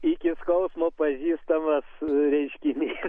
iki skausmo pažįstamas reiškinys